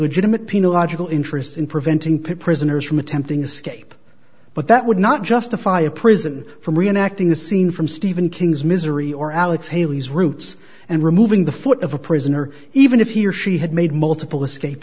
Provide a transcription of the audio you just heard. legitimate pino logical interest in preventing pit prisoners from attempting escape but that would not justify a prison from reenacting a scene from stephen king's misery or alex haley's roots and removing the foot of a prisoner even if he or she had made multiple escape